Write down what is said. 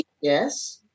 Yes